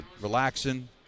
relaxing